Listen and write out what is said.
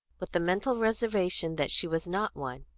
with the mental reservation that she was not one.